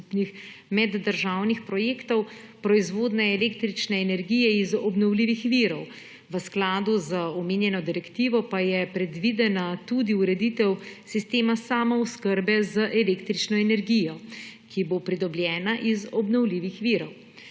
meddržavnih projektov proizvodnje električne energije iz obnovljivih virov, v skladu z omenjeno direktivo pa je omenjena tudi ureditev sistema samooskrbe z električno energijo, ki bo pridobljena iz obnovljivih virov.